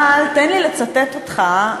אבל תן לי לצטט אותך,